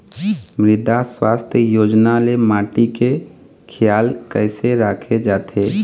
मृदा सुवास्थ योजना ले माटी के खियाल कइसे राखे जाथे?